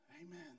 Amen